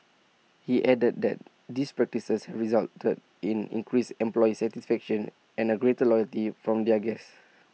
he added that these practices resulted in increased employee satisfaction and A greater loyalty from their guests